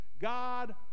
God